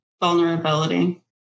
Vulnerability